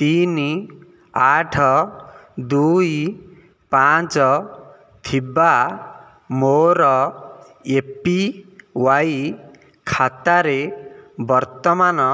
ତିନି ଆଠ ଦୁଇ ପାଞ୍ଚ ଥିବା ମୋର ଏ ପି ୱାଇ ଖାତାରେ ବର୍ତ୍ତମାନ